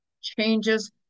changes